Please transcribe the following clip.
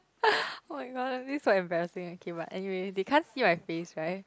oh my God I feel so embarrassing okay but anyway they can't see my face right